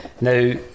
Now